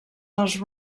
dels